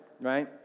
right